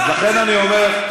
לכן אני אומר,